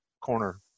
corner